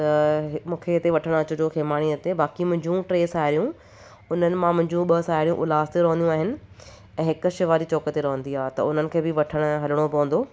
त मूंखे हिते वठणु अचजो खेमाणीअ ते बाकी मुंहिंजियूं टे साहेड़ियूं उन्हनि मां मुंहिंजियूं ॿ साहेड़ियूं उल्हास ते रहंदियूं आहिनि ऐं हिक शिवाजी चौक ते रहंदी आहे त उन्हनि खे बि वठण लाइ हलणो पवंदो